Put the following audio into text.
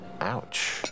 Ouch